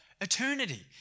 eternity